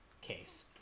case